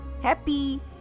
Happy